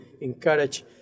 encourage